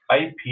ip